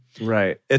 Right